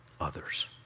others